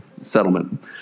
settlement